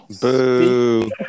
boo